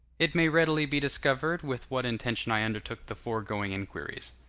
it may readily be discovered with what intention i undertook the foregoing inquiries.